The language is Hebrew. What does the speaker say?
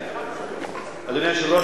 אדוני היושב-ראש,